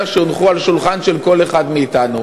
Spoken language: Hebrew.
שהונחו על השולחן של כל אחד מאתנו.